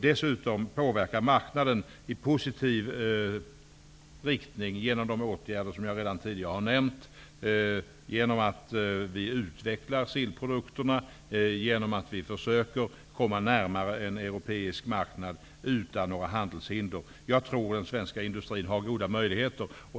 Dessutom skall marknaden påverkas i positiv riktning genom de åtgärder som jag redan tidigare har nämnt. Vi skall utveckla sillprodukterna och försöka komma närmare en europeisk marknad utan några handelshinder. Jag tror att den svenska industrin har goda möjligheter.